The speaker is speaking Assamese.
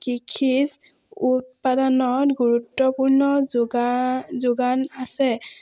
কৃষিজ উৎপাদনত গুৰুত্বপূৰ্ণ যোগা যোগান আছে